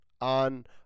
on